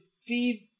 feed